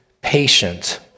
patient